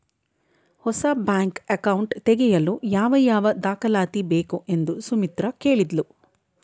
ಹೊಸ bank account ತೆಗೆಯಲು ಯಾವ ಯಾವ ದಾಖಲಾತಿ ಬೇಕು ಎಂದು ಸುಮಿತ್ರ ಕೇಳಿದ್ಲು